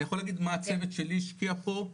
אני יכול להגיד מה הצוות שלי השקיע פה,